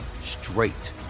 straight